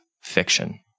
fiction